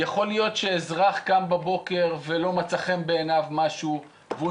יכול להיות שאזרח קם בבוקר ולא מצא חן בעיניו משהו והוא